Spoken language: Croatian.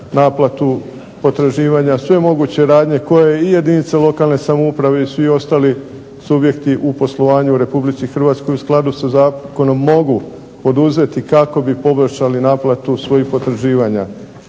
naplatu potraživanja, sve moguće radnje koje i jedinice lokalne samouprave i svi ostali subjekti u poslovanju u Republici Hrvatskoj u skladu sa zakonom mogu poduzeti kako bi poboljšali naplatu svojih potraživanja.